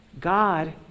God